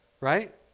right